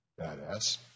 badass